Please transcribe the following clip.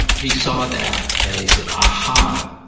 he saw that, and he said, aha.